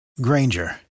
Granger